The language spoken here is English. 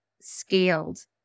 scaled